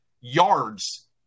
yards